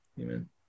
Amen